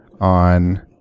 on